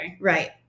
Right